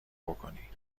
بکنی